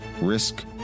Risk